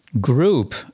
group